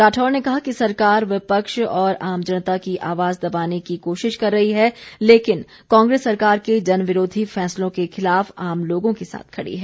राठौर ने कहा कि सरकार विपक्ष और आम जनता की आवाज दबाने की कोशिश कर रही है लेकिन कांग्रेस सरकार के जनविरोधी फैसलों के खिलाफ आम लोगों के साथ खड़ी है